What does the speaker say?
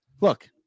Look